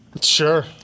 Sure